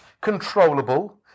controllable